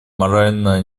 морально